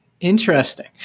Interesting